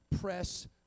press